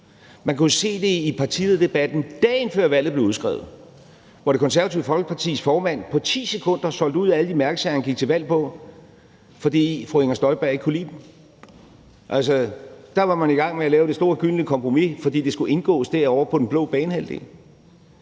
Man kunne jo se det i partilederdebatten, dagen før valget blev udskrevet, hvor Det Konservative Folkepartis formand på ti sekunder solgte ud af alle de mærkesager, han gik til valg på, fordi fru Inger Støjberg ikke kunne lide dem. Der var man i gang med at lave det store, gyldne kompromis, fordi det skulle indgås ovre på den blå banehalvdel.